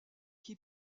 qui